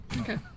Okay